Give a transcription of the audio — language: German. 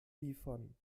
liefern